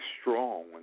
strong